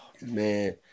Man